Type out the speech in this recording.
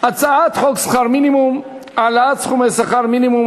על הצעת חוק שכר מינימום (העלאת סכומי שכר מינימום,